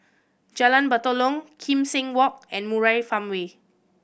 Jalan Batalong Kim Seng Walk and Murai Farmway